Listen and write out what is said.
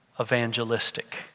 evangelistic